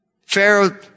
Pharaoh